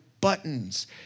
buttons